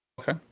Okay